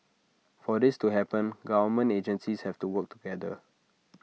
for this to happen government agencies have to work together